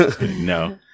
No